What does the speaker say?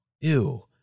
ew